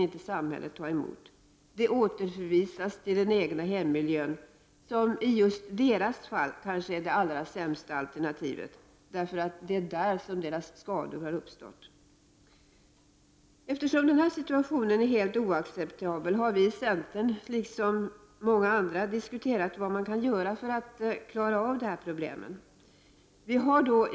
Dessa ungdomar återförvisas till den egna hemmiljön som i just deras fall kanske är det sämsta alternativet därför att det är just där som skadorna uppstått. Eftersom denna situation är helt oacceptabel har vi i centern liksom många andra diskuterat vad som kan göras för att lösa problemen.